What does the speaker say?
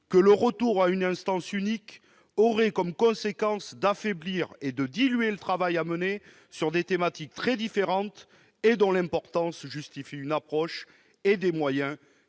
que « le retour [...] à une instance unique aurait comme conséquence d'affaiblir et de diluer le travail à mener sur des thématiques très différentes et dont l'importance justifie une approche et des moyens